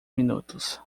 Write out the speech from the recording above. minutos